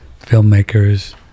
filmmakers